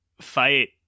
fight